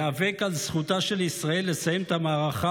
ייאבק על זכותה של ישראל לסיים את המערכה